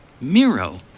Miro